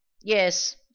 Yes